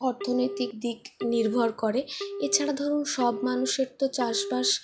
অর্থনৈতিক দিক নির্ভর করে এছাড়া ধরুন সব মানুষের তো চাষবাস